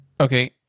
okay